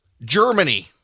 Germany